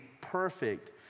perfect